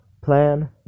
plan